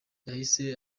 yahise